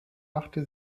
machte